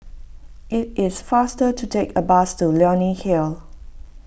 it is faster to take a bus to Leonie Hill